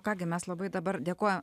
ką gi mes labai dabar dėkojam